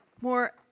more